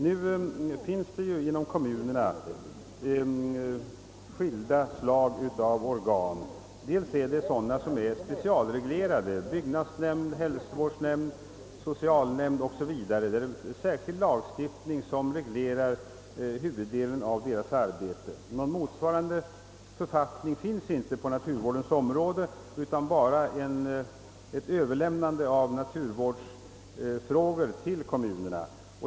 Nu finns det inom kommunerna vissa organ, som byggnadsnämnd, hälsovårdsnämnd, socialnämnd etc., där särskild lagstiftning reglerar huvuddelen av deras arbete. Någon motsvarande författning finns inte på naturvårdens område, utan man har bara överlämnat ett ansvar för naturvårdsfrågor till kommunerna.